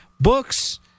Books